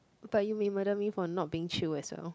but you may murder me for not being chill as well